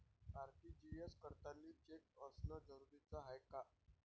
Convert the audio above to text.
RTGS करतांनी cheque असनं जरुरीच हाय का?